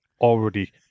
already